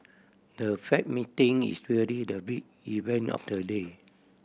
the Fed meeting is really the big event of the day